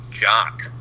Jock